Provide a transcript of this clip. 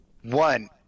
one